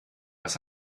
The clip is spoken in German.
was